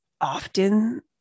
often